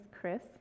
Chris